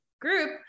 group